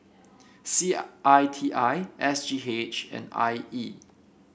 C I T I S G H and I E